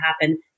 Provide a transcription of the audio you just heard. happen